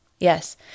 Yes